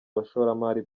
bashoramari